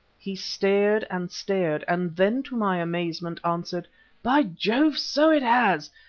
he stared and stared, and then to my amazement answered by jove, so it has!